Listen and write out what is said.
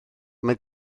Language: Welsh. mae